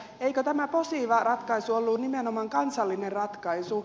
eikö tämä posiva ratkaisu ollut nimenomaan kansallinen ratkaisu